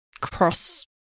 cross